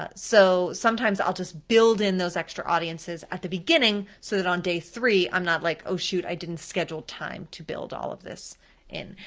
ah so sometimes i'll just build in those extra audiences at the beginning so that on day three i'm not like, oh shoot, i didn't schedule time to build all of this in.